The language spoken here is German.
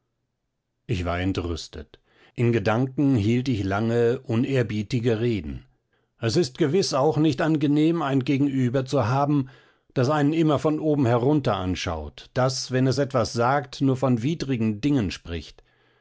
ich war entrüstet in gedanken hielt ich lange unehrerbietige reden es ist gewiß auch nicht angenehm ein gegenüber zu haben das einen immer von oben herunter anschaut das wenn es etwas sagt nur von widrigen dingen spricht